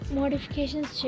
modifications